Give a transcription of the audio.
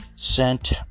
Sent